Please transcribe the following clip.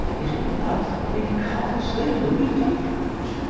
it will love them because they will be different.